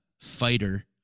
fighter